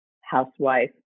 housewife